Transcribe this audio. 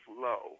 low